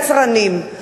ויצרנים.